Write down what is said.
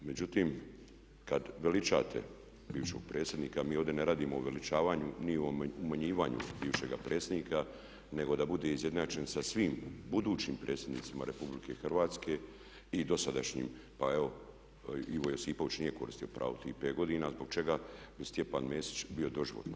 Međutim, kad veličate bivšeg predsjednika, mi ovdje ne radimo o uveličavanju ni o umanjivanju bivšega predsjednika nego da bude ujednačen sa svim budućim predsjednicima RH i dosadašnjim pa evo Ivo Josipović nije koristio pravo tih pet godina, zbog čega bi Stjepan Mesić bio doživotno?